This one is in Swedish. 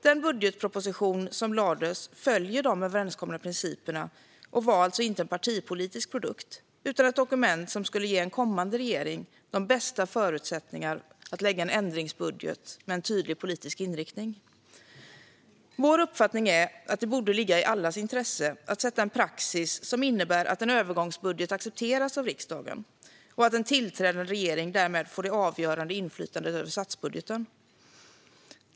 Den budgetproposition som lades fram följer de överenskomna principerna och var alltså inte en partipolitisk produkt utan ett dokument som skulle ge en kommande regering de bästa förutsättningarna att lägga fram en ändringsbudget med en tydlig politisk inriktning. Vår uppfattning är att det borde ligga i allas intresse att sätta en praxis som innebär att en övergångsbudget accepteras av riksdagen och att en tillträdande regering därmed får det avgörande inflytandet över statsbudgeten.